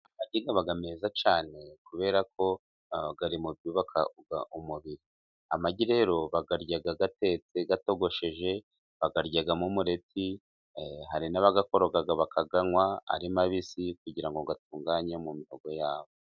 Amagi meza cyane kubera ko ari mu byubaka umubiri. Amagi rero bayarya atetse atotogosheje, bakayaryamo umureti, hari n'abagakoroga bakayanywa ari mabisi kugira ngo atunganye mu mihogo yabo.